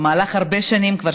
במהלך הרבה שנים כבר,